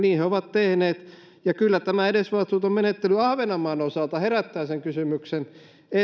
niin he ovat tehneet ja kyllä tämä edesvastuuton menettely ahvenanmaan osalta herättää sen kysymyksen